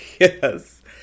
yes